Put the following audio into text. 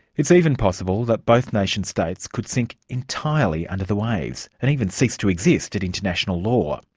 it's even possible that both nation-states could sink entirely under the waves and even cease to exist at international law.